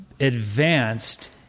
Advanced